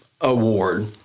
award